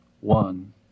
one